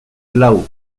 lau